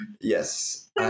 Yes